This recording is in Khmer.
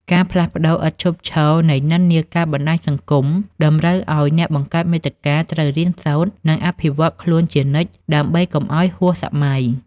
ការផ្លាស់ប្តូរឥតឈប់ឈរនៃនិន្នាការបណ្តាញសង្គម តម្រូវឱ្យអ្នកបង្កើតមាតិកាត្រូវរៀនសូត្រ និងអភិវឌ្ឍខ្លួនជានិច្ចដើម្បីកុំឱ្យហួសសម័យ។